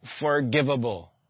forgivable